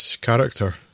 character